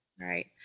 Right